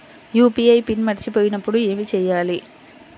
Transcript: UPI PIN మరచిపోయినప్పుడు ఏమి చేయాలి?